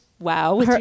Wow